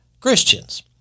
Christians